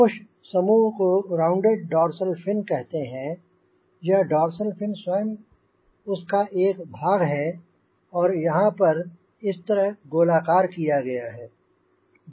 कुछ समूह को राउंडेड डोर्सल फिन कहते हैं यह डोर्सल फिन स्वयं उसका एक भाग है और यहाँ पर इस तरह गोलाकार किया गया है